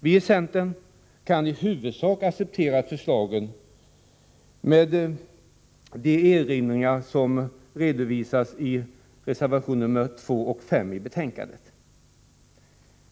Vi i centern kan i huvudsak acceptera förslagen med de erinringar som redovisas i reservationerna 2 och 5 i betänkandet.